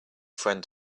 friend